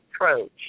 approach